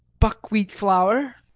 buckwheat flour